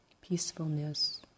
peacefulness